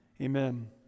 Amen